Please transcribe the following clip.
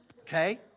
Okay